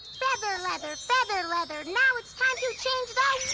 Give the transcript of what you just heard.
feather leather, feather leather, now it's time to change the